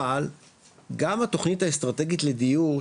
אבל גם התוכנית האסטרטגית לדיור,